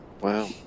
Wow